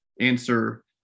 answer